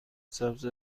سبز